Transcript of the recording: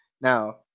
Now